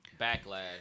backlash